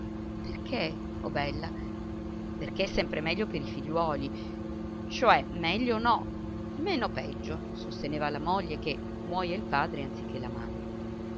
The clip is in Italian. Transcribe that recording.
perché perché oh bella perché è sempre meglio per i figliuoli cioè meglio no meno peggio sosteneva la moglie che muoja il padre anziché la madre